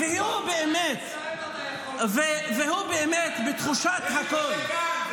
והוא באמת בתחושת הכול.